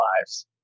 lives